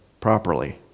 properly